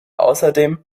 außerdem